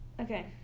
Okay